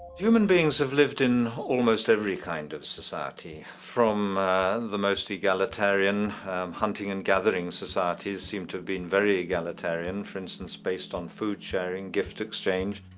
human beings have lived in almost every kind of society, from the most egalitarian hunting and gathering societies seem to have been very egalitarian for instance based on food sharing, gift exchange.